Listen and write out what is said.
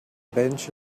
bench